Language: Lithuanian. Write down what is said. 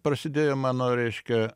prasidėjo mano reiškia